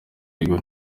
bigo